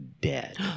dead